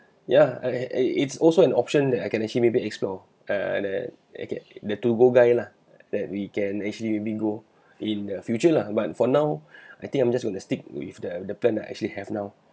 ya I it it it's also an option that I can actually maybe explore uh and I get the to go guy lah that we can actually maybe go in the future lah but for now I think I'm just gonna stick with the the plan that I actually have now